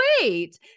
wait